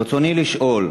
ברצוני לשאול: